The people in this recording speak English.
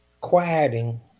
quieting